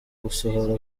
gusohora